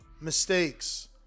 mistakes